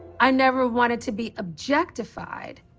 i never wanted to be objectified